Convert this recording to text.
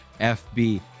FB